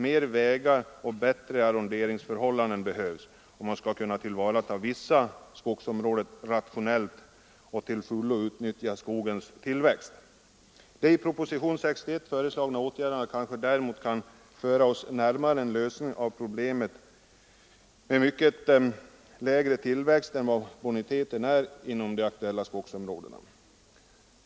Mer vägar och bättre arronderingsförhållanden behövs, om man skall kunna tillvarata vissa skogsområden rationellt och till fullo utnyttja skogens tillväxt. De i proposition 61 föreslagna åtgärderna kanske däremot kan föra oss närmare en lösning av problemet med mycket lägre tillväxt än vad boniteten är inom de aktuella skogsområdena.